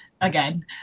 again